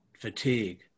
fatigue